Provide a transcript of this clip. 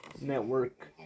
network